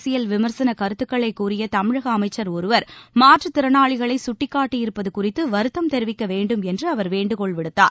அரசியல் விமர்சனக் கருத்துக்களை கூறிய தமிழக அமைச்சர் ஒருவர் மாற்றுத் திறனாளிகளை சுட்டிக்காட்டியிருப்பது குறித்து வருத்தம் தெரிவிக்க வேண்டும் என்று அவர் வேண்டுகோள் விடுத்தார்